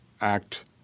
act